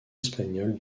espagnole